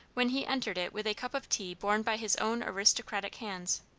when he entered it with a cup of tea borne by his own aristocratic hands.